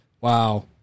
wow